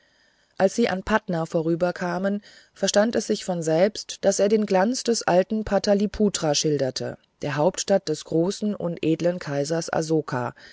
als sie an patna vorüberkamen verstand es sich von selber daß er den glanz des alten pataliputra schilderte der hauptstadt des großen edlen kaisers asoka